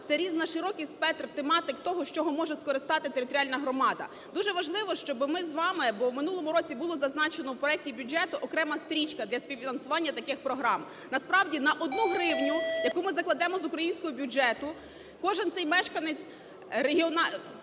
це різноширокий спектр тематик того, з чого може скористатись територіальна громада. Дуже важливо, щоби ми з вами, бо в минулому році було зазначено в проекті бюджету окрема стрічка для співфінансування таких програм. Насправді на одну гривню, яку ми закладемо з українського бюджету, кожен цей мешканець певного